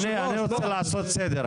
אני רוצה לעשות סדר.